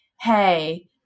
hey